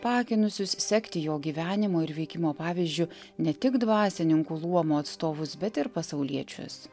paakinusius sekti jo gyvenimo ir veikimo pavyzdžiu ne tik dvasininkų luomo atstovus bet ir pasauliečius